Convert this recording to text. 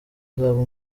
azaba